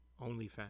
OnlyFans